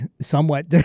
somewhat